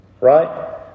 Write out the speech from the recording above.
Right